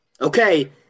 Okay